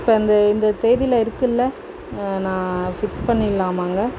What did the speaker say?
இப்போ அந்த இந்த தேதியில இருக்கும்ல நான் ஃபிக்ஸ் பண்ணிடலாமாங்க